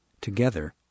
Together